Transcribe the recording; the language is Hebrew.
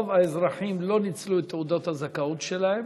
רוב האזרחים לא ניצלו את תעודות הזכאות שלהם,